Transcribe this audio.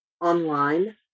online